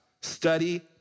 Study